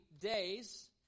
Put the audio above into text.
days